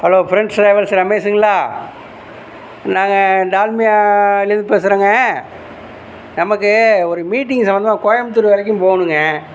hello friends travels ரமேஸுங்களா நாங்கள் டால்மியா லேந்து பேசுகிறோங்க நமக்கு ஒரு மீட்டிங் சம்மந்தமாக கோயம்புத்தூர் வரைக்கும் போகணுங்க